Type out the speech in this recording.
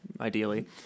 ideally